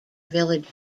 village